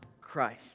Christ